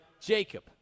Jacob